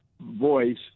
voice